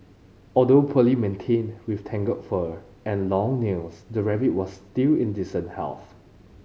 although poorly maintained with tangled fur and long nails the rabbit was still in decent health